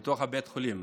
בתוך בית החולים,